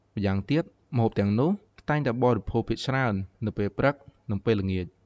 ម្យ៉ាងទៀតម្ហូបទាំងនោះ គេតែងតែបរិភោគភាគច្រើននៅពេលព្រឹក នឹងពេលល្ងាច។